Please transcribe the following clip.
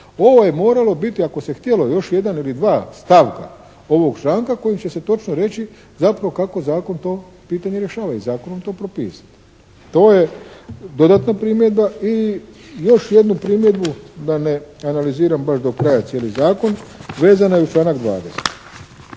Ovo je moralo biti ako se htjelo još jedan ili dva stavka ovog članka kojim će se točno reći zapravo kako zakon to pitanje rješava i zakonom to propisati. To je dodatna primjedba. I još jednu primjedbu da ne analiziram baš do kraja cijeli zakon vezana je uz članak 20.